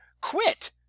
quit